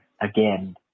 again